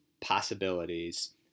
possibilities